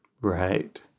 Right